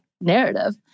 narrative